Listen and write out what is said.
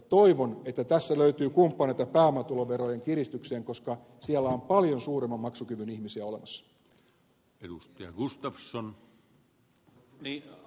toivon että tässä löytyy kumppaneita pääomatuloverojen kiristykseen koska siellä on paljon suuremman maksukyvyn ihmisiä olemassa